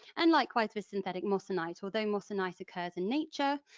and likewise, with synthetic moissanite, although moissanite occurs in nature,